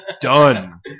done